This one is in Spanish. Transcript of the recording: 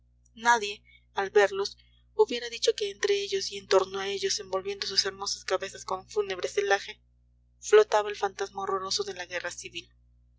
nadie al verlos hubiera dicho que entre ellos y en torno a ellos envolviendo sus hermosas cabezas con fúnebre celaje flotaba el fantasma horroroso de la guerra civil